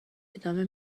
ادامه